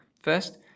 First